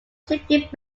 subic